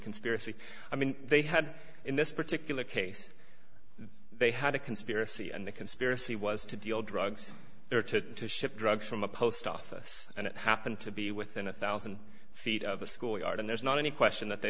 conspiracy i mean they had in this particular case they had a conspiracy and the conspiracy was to deal drugs or to ship drugs from a post office and it happened to be within a one thousand feet of a school yard and there's not any question that they